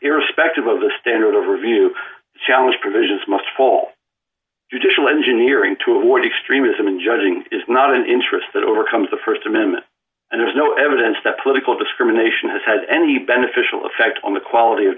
irrespective of the standard of review challenge provisions must fall traditional engineering to avoid extremism in judging is not an interest that overcomes the st amendment and there's no evidence that political discrimination has had any beneficial effect on the quality of